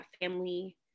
family